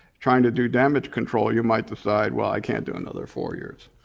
trying to do damage control you might decide well i can't do another four years.